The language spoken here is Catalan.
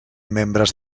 membres